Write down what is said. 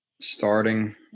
starting